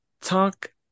Talk